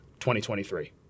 2023